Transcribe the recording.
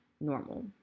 normal